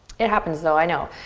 it happens though, i know.